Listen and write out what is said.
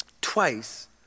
Twice